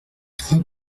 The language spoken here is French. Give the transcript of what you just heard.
trois